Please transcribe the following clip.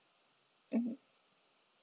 mmhmm